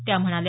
त्या म्हणाल्या